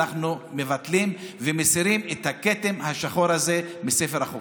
אנחנו מבטלים ומסירים את הכתם השחור הזה מספר החוקים.